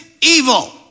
evil